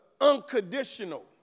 unconditional